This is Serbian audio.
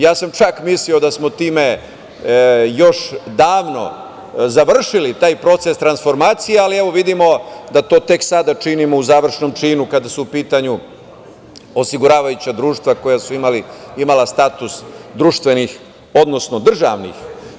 Ja sam čak mislio da smo time još davno završili taj proces transformacije, ali vidimo da to tek sada činimo u završnom činu kada su u pitanju osiguravajuća društva koja su imala status društvenih, odnosno državnih.